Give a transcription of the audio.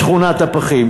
בשכונת-הפחים.